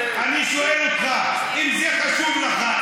אני שואל אותך: אם זה חשוב לך,